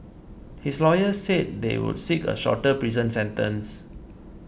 his lawyer said they would seek a shorter prison sentence